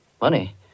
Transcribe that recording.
Money